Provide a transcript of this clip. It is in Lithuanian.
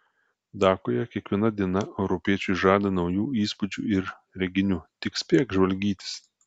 dakoje kiekviena diena europiečiui žada naujų įspūdžių ir reginių tik spėk žvalgytis